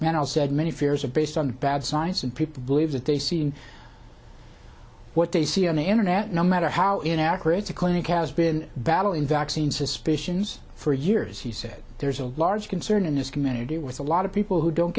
mental said many fears of based on bad science and people believe that they see what they see on the internet no matter how inaccurate the clinic has been battling vaccines suspicions for years he said there's a large concern in this community with a lot of people who don't